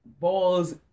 balls